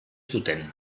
zuten